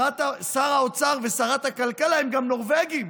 שר האוצר ושרת הכלכלה הם גם נורבגים.